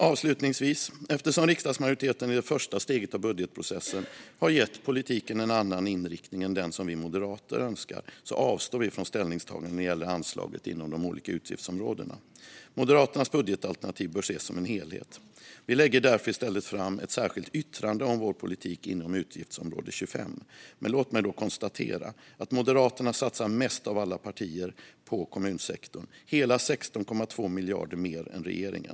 Avslutningsvis: Eftersom riksdagsmajoriteten i det första steget av budgetprocessen har gett politiken en annan inriktning än den vi moderater önskar avstår vi från ställningstagande när det gäller anslag inom de olika utgiftsområdena. Moderaternas budgetalternativ bör ses som en helhet. Vi lägger därför i stället fram ett särskilt yttrande om vår politik inom utgiftsområde 25. Moderaterna satsar som sagt mest av alla partier på kommunsektorn, hela 16,2 miljarder mer än regeringen.